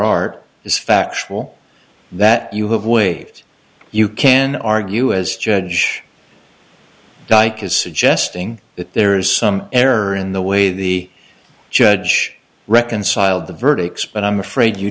art is factual that you have waived you can argue as judge dyke is suggesting that there is some error in the way the judge reconciled the verdicts but i'm afraid you